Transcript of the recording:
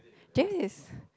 James is